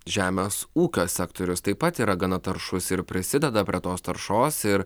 žemės ūkio sektorius taip pat yra gana taršus ir prisideda prie tos taršos ir